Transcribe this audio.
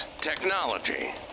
technology